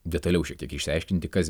detaliau šiek tiek išsiaiškinti kas